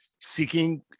seeking